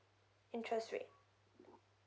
interest rate